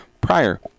prior